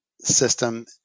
system